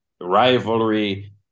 rivalry